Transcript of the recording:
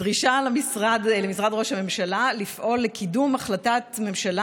דרישה למשרד ראש הממשלה לפעול לקידום החלטת ממשלה